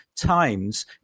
times